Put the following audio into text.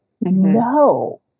No